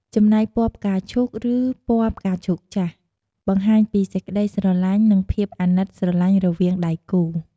ពណ៌ទាំងនោះមានអត្ថន័យដូចជា ពណ៌ស ជាពណ៌បរិសុទ្ធនៃជីវិតថ្មី និងការរួមគ្រួសារ។